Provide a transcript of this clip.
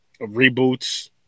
reboots